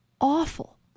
awful